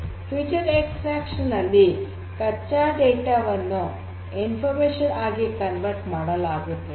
feature extraction ನಲ್ಲಿ ಕಚ್ಚಾ data ವನ್ನು ಇನ್ಫರ್ಮೇಷನ್ ಆಗಿ ಪರಿವರ್ತನೆ ಮಾಡಲಾಗುತ್ತದೆ